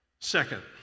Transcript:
Second